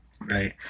Right